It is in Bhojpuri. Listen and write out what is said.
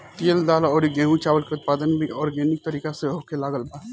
तेल, दाल अउरी गेंहू चावल के उत्पादन भी आर्गेनिक तरीका से होखे लागल बा